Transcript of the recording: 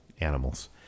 Animals